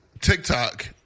TikTok